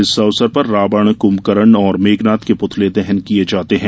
इस अवसर पर रावण कुंभकरन और मेघनाथ के पुतले दहन किये जाते हैं